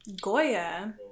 Goya